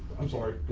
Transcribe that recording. i'm sorry.